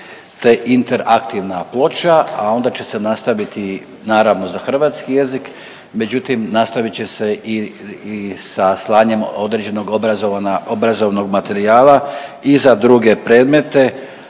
te interaktivna ploča, a onda će se nastaviti, naravno za hrvatski jezik. Međutim, nastavit će se i sa slanjem određenog obrazovnog materijala i za druge predmete